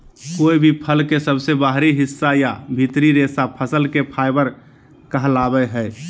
कोय भी फल के सबसे बाहरी हिस्सा या भीतरी रेशा फसल के फाइबर कहलावय हय